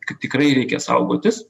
kad tikrai reikia saugotis